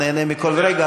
הוא נהנה מכל רגע,